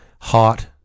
hot